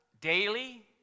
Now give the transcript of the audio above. daily